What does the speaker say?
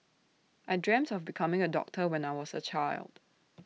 I dreamt of becoming A doctor when I was A child